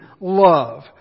love